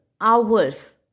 hours